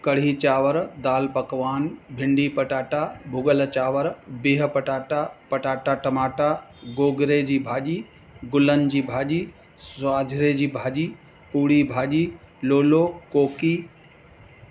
कढ़ी चांवर दालि पकवान भिंडी पटाटा भुॻल चांवर बीह पटाटा पटाटा टमाटा गोगरे जी भाॼी गुलनि जी भाॼी स्वाझरे जी भाॼी पूड़ी भाॼी लोलो कोकी